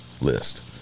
list